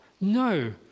No